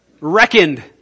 Reckoned